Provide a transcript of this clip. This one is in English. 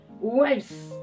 wives